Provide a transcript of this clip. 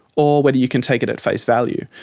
or whether you can take it at face value.